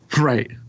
right